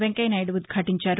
Venkaiah Naidu ఉదాలించారు